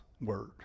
word